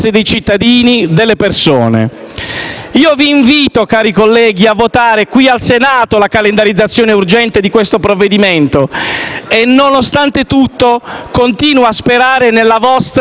vi invito a votare qui in Senato la calendarizzazione urgente del provvedimento e, nonostante tutto, continuo a sperare nella vostra onestà intellettuale.